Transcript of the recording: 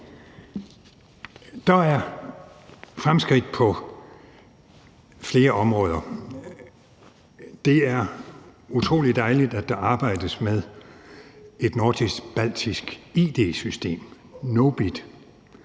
Der er fremskridt på flere områder. Det er utrolig dejligt, at der arbejdes med et nordisk-baltisk id-system, NOBID,